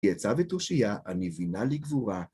היא יצאה בתושיה המבינה לגבורה